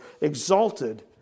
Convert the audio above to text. exalted